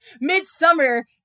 midsummer